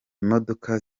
imodoka